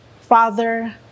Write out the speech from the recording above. Father